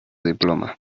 diploma